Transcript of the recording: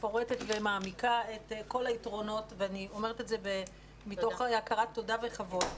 מפורטת ומעמיקה את כל היתרונות ואני אומרת את זה מתוך הכרת תודה וכבוד.